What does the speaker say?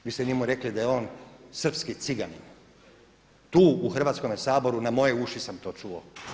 Vi ste njemu rekli da je on srpski ciganin, tu u Hrvatskome saboru na moje uši sam to čuo.